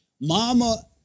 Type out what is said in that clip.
mama